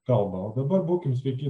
kalbą o dabar būkim sveiki